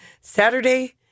Saturday